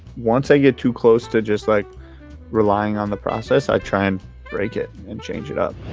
once i get too close to just like relying on the process, i try and break it and change it up.